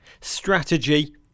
strategy